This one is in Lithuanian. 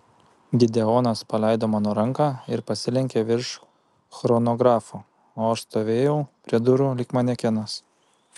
gideonas paleido mano ranką ir pasilenkė virš chronografo o aš stovėjau prie durų lyg manekenas